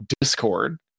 discord